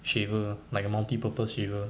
shaver like a multi purpose shaver